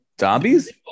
Zombies